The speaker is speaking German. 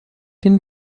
den